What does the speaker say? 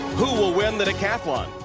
who will win the decathlon?